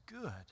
good